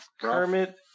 Kermit